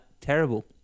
Terrible